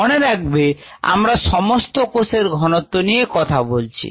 মনে রাখবে আমরা সমস্ত কোষের ঘনত্ব নিয়ে কথা বলছি